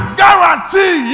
guarantee